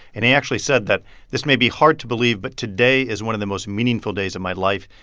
and he actually said that this may be hard to believe, but today is one of the most meaningful days of my life.